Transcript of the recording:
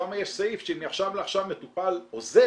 שם יש סעיף שאם מעכשיו לעכשיו מטופל עוזב,